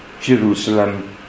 Jerusalem